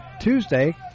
Tuesday